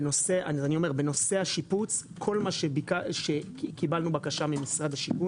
בנושא השיפוץ כל בקשה שקיבלנו ממשרד השיכון